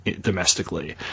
domestically